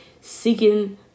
Seeking